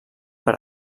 per